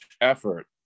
effort